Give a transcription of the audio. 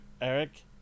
Eric